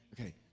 Okay